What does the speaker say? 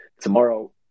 Tomorrow